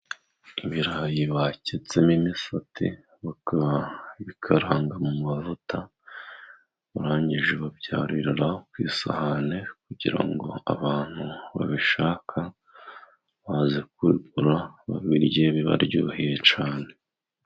Ibirayi baketsemo imisate bakabikaranga mu mavuta barangije babyarura ku isahani kugira ngo abantu babishaka baze kwarura babirye bibaryoheye cyane.